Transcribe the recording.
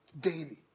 daily